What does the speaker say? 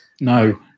No